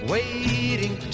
Waiting